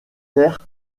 terres